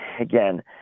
again